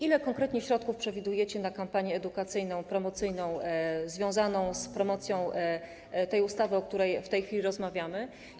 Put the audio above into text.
Ile konkretnie środków przewidujecie na kampanię edukacyjną, promocyjną związaną z promocją ustawy, o której w tej chwili rozmawiamy?